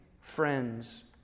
friends